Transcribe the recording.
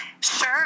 Sure